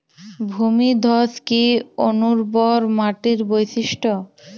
ভূমিধস কি অনুর্বর মাটির বৈশিষ্ট্য?